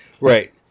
right